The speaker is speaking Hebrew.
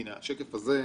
כלום,